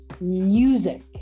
music